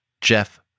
Jeff